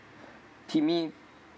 timmy